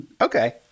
Okay